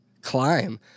climb